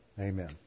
Amen